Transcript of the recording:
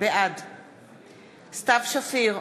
בעד סתיו שפיר,